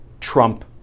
Trump